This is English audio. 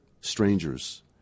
strangers